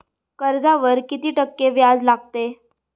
कर्जावर किती टक्के व्याज लागते?